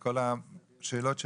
וכל השאלות שלנו,